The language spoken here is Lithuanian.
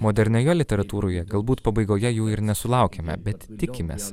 modernioje literatūroje galbūt pabaigoje jų ir nesulaukiame bet tikimės